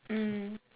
mm